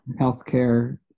healthcare